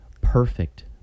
perfect